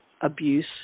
abuse